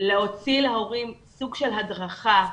להוציא להורים סוג של הדרכה,